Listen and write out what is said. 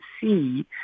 see